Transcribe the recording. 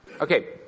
Okay